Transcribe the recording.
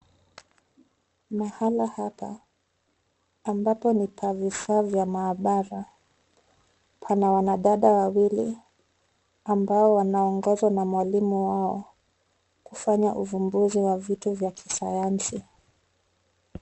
Mahala hapa, ambapo ni pa vifaa vya maabara, pana wanadada wawili ambao wanaongozwa na mwalimu wao kufanya ufumbuzi wa vitu vya kisayansi.